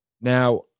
Now